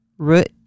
Root